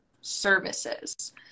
services